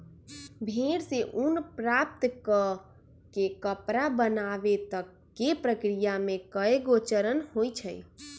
भेड़ से ऊन प्राप्त कऽ के कपड़ा बनाबे तक के प्रक्रिया में कएगो चरण होइ छइ